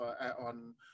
on